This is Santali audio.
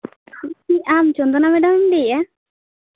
ᱦᱮᱸ ᱟᱢ ᱪᱚᱱᱫᱚᱱᱟ ᱢᱮᱰᱟᱢ ᱞᱟᱹᱭᱮᱜᱼᱟ